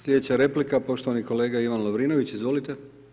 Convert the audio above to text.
Sljedeća replika, poštovani kolega Ivan Lovrinović, izvolite.